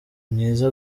mwiza